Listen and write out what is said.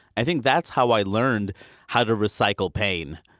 i think that's how i learned how to recycle pain.